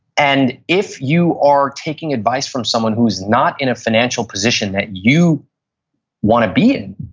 and if you are taking advice from someone who's not in a financial position that you want to be in,